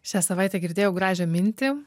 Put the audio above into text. šią savaitę girdėjau gražią mintį